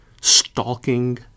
stalking